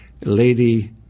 Lady